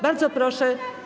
Bardzo proszę.